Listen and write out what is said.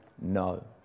no